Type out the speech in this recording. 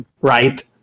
right